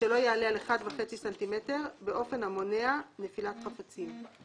שלא יעלה על 1.5 ס"מ באופן המונע נפילת חפצים.""